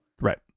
right